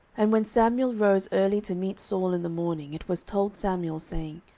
and when samuel rose early to meet saul in the morning, it was told samuel, saying,